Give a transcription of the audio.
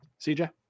CJ